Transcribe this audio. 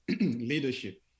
leadership